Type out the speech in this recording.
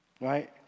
Right